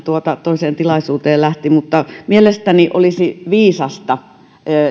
toiseen tilaisuuteen lähti että mielestäni olisi viisasta pohtia